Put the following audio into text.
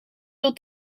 door